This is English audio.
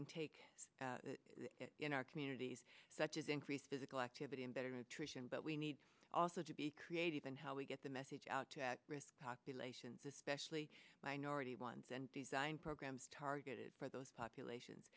can take it in our communities such as increased physical activity and better nutrition but we need also to be creative in how we get the message out to at risk populations especially minority ones and design programs targeted for those populations